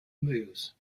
moves